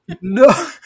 no